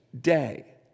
day